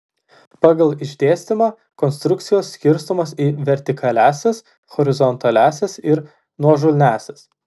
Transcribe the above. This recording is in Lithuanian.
pagal išdėstymą konstrukcijos skirstomos į vertikaliąsias horizontaliąsias ir nuožulniąsias